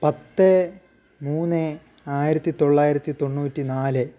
പത്ത് മൂന്ന് ആയിരത്തിത്തൊള്ളായിരത്തിതൊണ്ണൂറ്റിനാല്